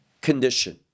condition